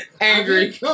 Angry